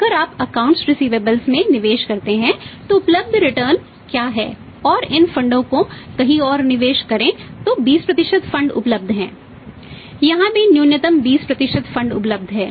अल्पावधि में fixed cost उपलब्ध है